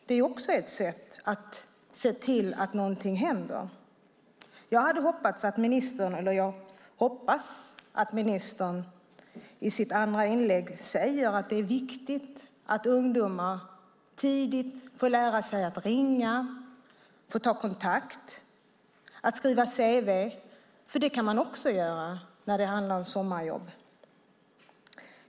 Det är också ett sätt att se till att någonting händer. Jag hoppas att ministern i sitt andra inlägg säger att det är viktigt att ungdomar tidigt får lära sig att ringa, ta kontakt och skriva cv. Det kan man också göra när det handlar om sommarjobb.